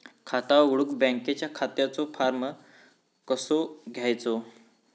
खाता उघडुक बँकेच्या खात्याचो फार्म कसो घ्यायचो?